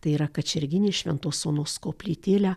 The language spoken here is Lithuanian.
tai yra kačerginės šventos onos koplytėlę